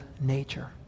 nature